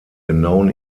genauen